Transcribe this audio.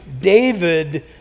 David